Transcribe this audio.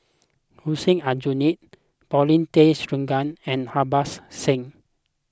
Hussein Aljunied Paulin Tay Straughan and Harbans Singh